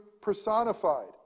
personified